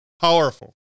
Powerful